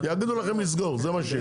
יגידו לכם לסגור זה מה שיהיה.